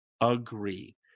agree